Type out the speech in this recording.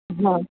हां